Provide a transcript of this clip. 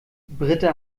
britta